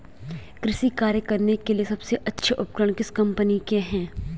कृषि कार्य करने के लिए सबसे अच्छे उपकरण किस कंपनी के हैं?